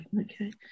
okay